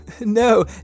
No